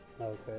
okay